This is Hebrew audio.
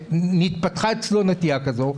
התפתחה אצלו נטייה כזו,